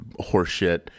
horseshit